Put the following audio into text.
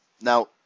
Now